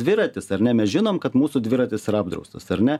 dviratis ar ne mes žinom kad mūsų dviratis yra apdraustas ar ne